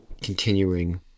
continuing